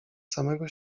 samego